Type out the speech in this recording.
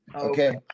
Okay